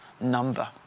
number